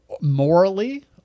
morally